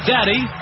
Daddy